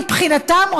מבחינתם,